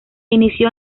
inició